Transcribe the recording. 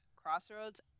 crossroads